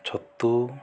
ଛତୁ